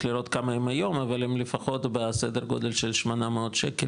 לראות כמה הם היום אבל הם לפחות בסדר גודל של 800 ₪,